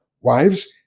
Wives